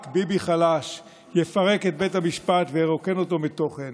רק ביבי חלש יפרק את בית המשפט וירוקן אותו מתוכן,